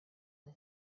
his